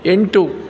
ಎಂಟು